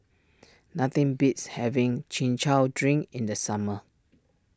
nothing beats having Chin Chow Drink in the summer